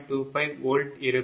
25 volt இருக்கும்